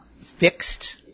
fixed